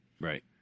Right